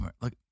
Look